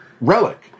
relic